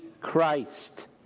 Christ